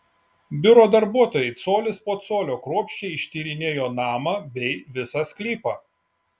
biuro darbuotojai colis po colio kruopščiai ištyrinėjo namą bei visą sklypą